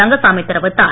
ரங்கசாமி தெரிவித்தார்